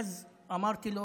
ואז אמרתי לו,